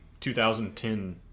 2010